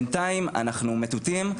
בינתיים אנחנו מטוטאים,